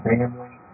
Family